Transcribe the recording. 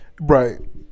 Right